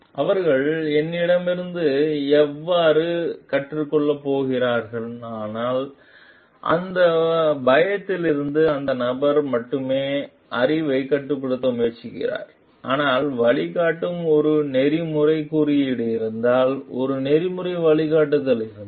அவர்கள் என்னிடமிருந்து அவ்வாறு கற்றுக் கொள்ளப் போகிறார்களானால் அந்த பயத்திலிருந்து அந்த நபர் மட்டுமே அறிவைக் கட்டுப்படுத்த முயற்சிக்கிறார் ஆனால் வழிகாட்டும் ஒரு நெறிமுறைக் குறியீடு இருந்தால் ஒரு நெறிமுறை வழிகாட்டுதல் இருந்தால்